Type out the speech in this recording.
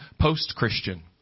post-Christian